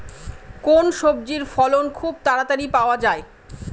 কোন সবজির ফলন খুব তাড়াতাড়ি পাওয়া যায়?